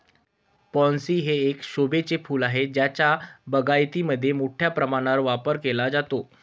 pansy हे एक शोभेचे फूल आहे ज्याचा बागायतीमध्ये मोठ्या प्रमाणावर वापर केला जातो